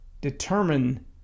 determine